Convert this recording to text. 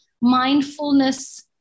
mindfulness